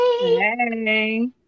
Hey